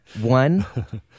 One